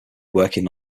working